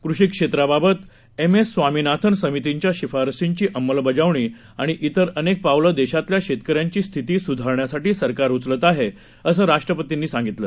कृषी क्षेत्राबाबत M S Swaminathan समितींच्या शिफारशींची अंमलबजावणी आणि त्रिर अनेक पावलं देशातल्या शेतकऱ्यांची स्थिती सुधारण्यासाठी सरकार उचलत आहे असं राष्ट्रपतींनी सांगितलं